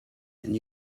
and